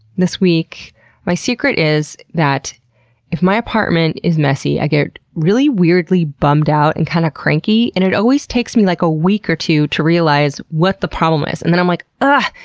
this week my secret is that if my apartment is messy, i get really, weirdly bummed-out and kinda kind of cranky, and it always takes me like a week or two to realize what the problem is. and then i'm like, ugh!